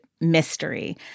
mystery